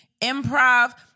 Improv